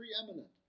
preeminent